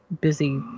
busy